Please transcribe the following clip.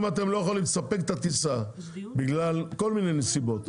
אם אתם לא יכולים לספק את הטיסה בגלל כל מיני נסיבות,